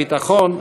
הביטחון,